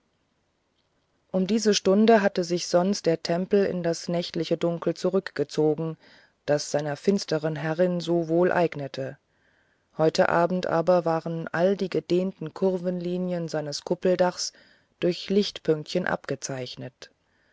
um diese stunde hatte sich sonst der tempel in das nächtige dunkel zurückgezogen das seiner finsteren herrin so wohl eignete heute abend aber waren alle die gedehnten kurvenlinien seines kuppeldaches durch lichtpünktchen abgezeichnet